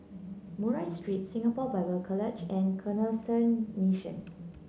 Murray Street Singapore Bible College and Canossian Mission